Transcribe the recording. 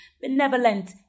benevolent